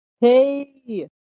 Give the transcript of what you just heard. Hey